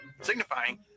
signifying